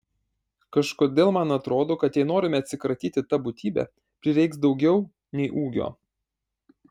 kažkodėl man atrodo kad jei norime atsikratyti ta būtybe prireiks daugiau nei ūgio